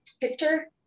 picture